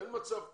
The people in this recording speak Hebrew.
אין מצב כזה.